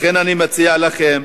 לכן אני מציע לכם,